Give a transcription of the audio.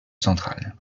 centrale